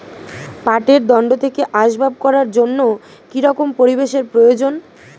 পাটের দণ্ড থেকে আসবাব করার জন্য কি রকম পরিবেশ এর প্রয়োজন?